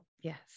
yes